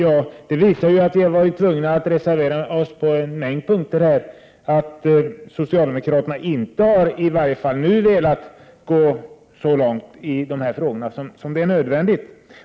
Att vi har varit tvungna att reservera oss på en mängd punkter visar att socialdemokraterna inte, i varje fall inte nu, har velat gå så långt i de här frågorna som är nödvändigt.